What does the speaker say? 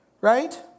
right